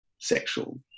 sexual